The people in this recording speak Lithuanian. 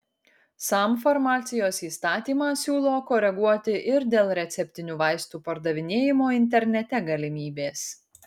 sam farmacijos įstatymą siūlo koreguoti ir dėl receptinių vaistų pardavinėjimo internete galimybės